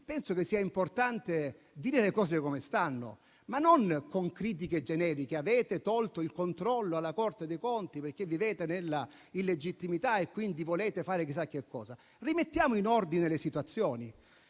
penso che sia importante dire le cose come stanno, ma non con critiche generiche dicendo che abbiamo tolto il controllo alla Corte dei conti perché viviamo nella illegittimità e quindi vogliamo fare chissà che cosa. Rimettiamo in ordine le situazioni: